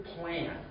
plan